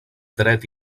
dret